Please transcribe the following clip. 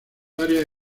áreas